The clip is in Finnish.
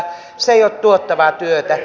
se ei ole tuottavaa työtä